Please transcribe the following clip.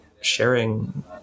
sharing